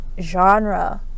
genre